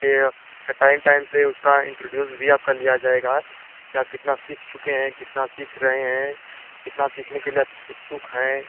यह time time से उसका इन्ट्रोड्यूस भी लिया जाएगा कि आप कितना सीख चुके हैं कितना सीख रहे हैं कितना सीखने के लिए आप उत्सुक हैं